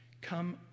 Come